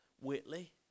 Whitley